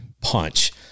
punch